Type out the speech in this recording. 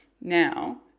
now